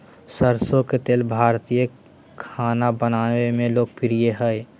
सरसो के तेल भारतीय खाना बनावय मे लोकप्रिय हइ